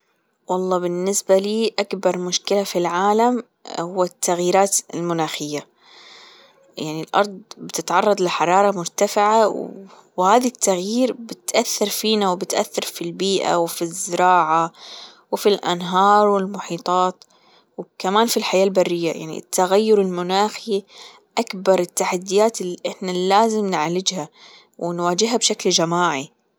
والله بالنسبة لي أكبر مشكلة في العالم هو التغييرات المناخية يعني الأرض بتتعرض لحرارة مرتفعة وهذا التغيير بتأثر فينا وبتأثر في البيئة وفي الزراعة وفي الأنهار والمحيطات وكمان في الحياة البرية يعني التغير المناخي أكبر التحديات اللي إحنا لازم نعالجها ونواجهها بشكل جماعي.